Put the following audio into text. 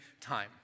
time